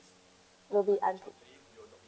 will be unpaid